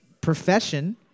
Profession